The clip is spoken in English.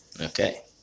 Okay